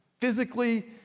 physically